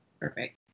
Perfect